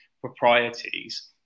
proprieties